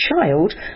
child